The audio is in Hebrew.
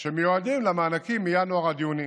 שמיועדים למענקים מינואר עד יוני